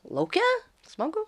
lauke smagu